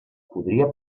podria